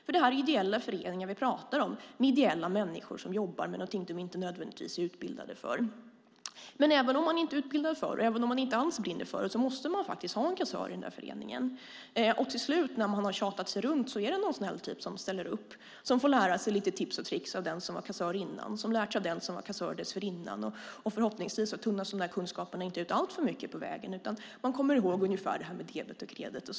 Det är ideella föreningar vi pratar om med människor som jobbar ideellt med något som de inte nödvändigtvis är utbildade för. Även om man inte är utbildad och även om man inte brinner för det måste man ha en kassör i föreningen. När man har tjatat runt är det någon snäll person som ställer upp och som får lite tips av den som var kassör innan som har lärt sig av den som var kassör dessförinnan. Förhoppningsvis tunnas kunskaperna inte ut alltför mycket på vägen. Man kommer ihåg hur det är med debet och kredit.